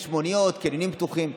יש מוניות וקניונים פתוחים.